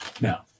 Now